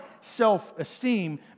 self-esteem